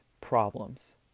problems